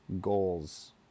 goals